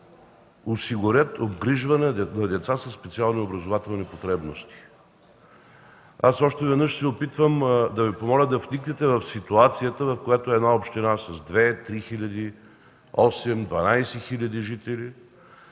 осигурят обгрижване на деца със специални образователни потребности. Още веднъж се опитвам да Ви помоля да вникнете в ситуацията, в която община с 2-3-8-12 хил. жители